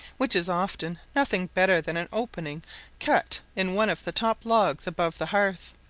which is often nothing better than an opening cut in one of the top logs above the hearth,